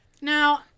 Now